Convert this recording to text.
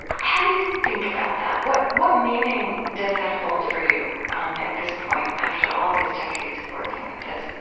how do you think about that? what what meaning does that hold for you um at this point, after all these decades of working with this?